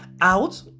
out